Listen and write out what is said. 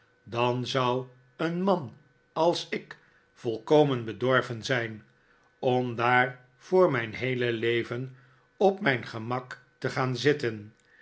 dan zou een man als ik volkomen bedorven zijn om daar voor mijn heele leven op mijn gemak te gaan zitten